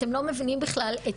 אתם לא מבינים בכלל את גודל הפגיעה.